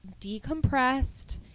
decompressed